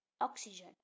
oxygen